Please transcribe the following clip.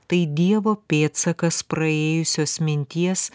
tai dievo pėdsakas praėjusios minties